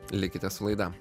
likite su laida